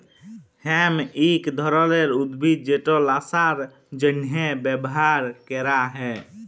hemp ইক ধরলের উদ্ভিদ যেট ল্যাশার জ্যনহে ব্যাভার ক্যরা হ্যয়